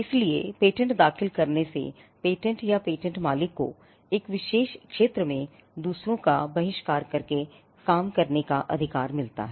इसलिए पेटेंट दाखिल करने से पेटेंट या पेटेंट मालिक को एक विशेष क्षेत्र में दूसरों का बहिष्कार करके काम करने का अधिकार मिलता है